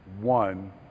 One